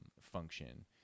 function